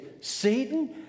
Satan